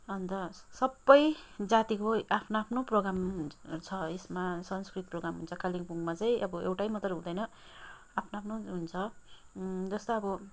अन्त सबै जातिको आफ्नो आफ्नो प्रोग्राम छ यसमा सांस्कृतिक प्रोग्राम हुन्छ कालिम्पोङमा चाहिँ अब एउटै मात्र हुँदैन आफ्नो आफ्नो हुन्छ जस्तो अब